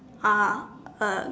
uh a